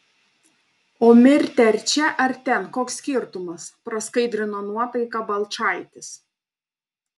o mirti ar čia ar ten koks skirtumas praskaidrino nuotaiką balčaitis